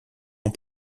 ans